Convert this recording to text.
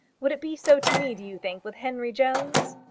would it be so to me, do you think, with henry jones?